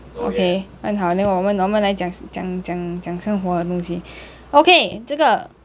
okay 很好 then 我们我们来讲讲讲生活的东西 okay 这个